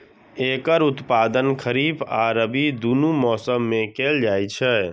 एकर उत्पादन खरीफ आ रबी, दुनू मौसम मे कैल जाइ छै